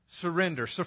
surrender